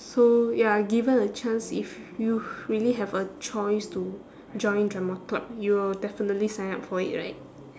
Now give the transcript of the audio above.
so ya given a chance if you really have a choice to join drama club you will definitely sign up for it right